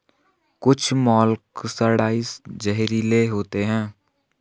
कुछ मोलॉक्साइड्स जहरीले होते हैं